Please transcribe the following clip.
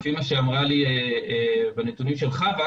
לפי מה שאמרה לי בנתונים של חוה,